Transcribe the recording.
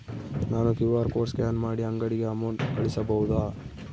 ನಾನು QR code scan ಮಾಡಿ ಅಂಗಡಿಗೆ ಅಮೌಂಟ್ ಕಳಿಸಬಹುದಾ?